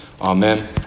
Amen